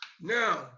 Now